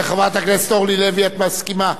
חברת הכנסת אורלי לוי, את מסכימה?